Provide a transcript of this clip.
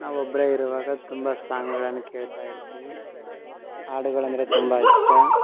ನಾವು ಒಬ್ಬರೇ ಇರುವಾಗ ತುಂಬ ಸಾಂಗಳನ್ನು ಕೇಳ್ತಾ ಇರ್ತೀವಿ ಹಾಡುಗಳಂದ್ರೆ ತುಂಬ ಇಷ್ಟ